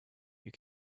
you